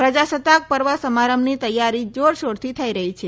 પ્રજાસત્તાક પર્વ સમારંભની તૈયારી જોરશોરથી થઈ રહી છે